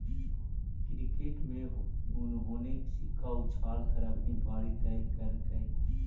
cricket में उन्होंने सिक्का उछाल कर अपनी बारी तय करकइ